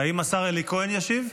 האם השר אלי כהן ישיב?